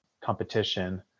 competition